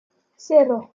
cero